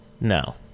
no